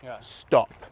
Stop